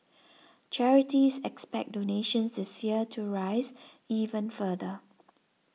charities expect donations this year to rise even further